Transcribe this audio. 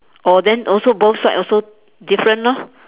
oh then also both sides also different lor